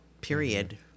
period